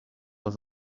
was